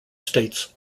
states